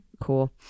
Cool